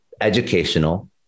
educational